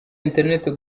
internet